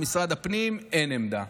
משרד הפנים, אין עמדה.